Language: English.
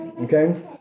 Okay